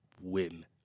win